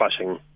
flushing